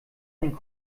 ein